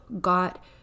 got